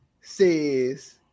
says